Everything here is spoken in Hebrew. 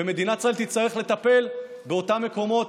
ומדינת ישראל תצטרך לטפל באותם מקומות,